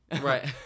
Right